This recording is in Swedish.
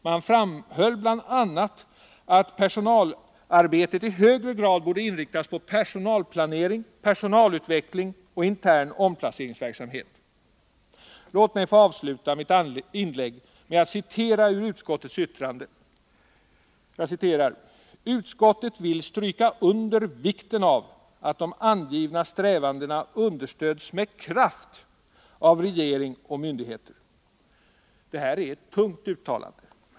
Man framhöll bl.a. att personalledning i högre grad borde inriktas på personalplanering, personalutveckling och intern omplaceringsverksamhet. Låt mig få avsluta mitt inlägg med att citera ur utskottets yttrande: ”Utskottet vill stryka under vikten av att de angivna strävandena understöds med kraft av regering och myndigheter.” Detta är ett tungt uttalande.